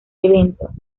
evento